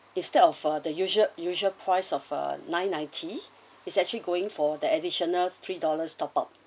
instead of the usual usual price of uh nine ninety is actually going for the additional three dollars top up